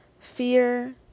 fear